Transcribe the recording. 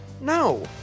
No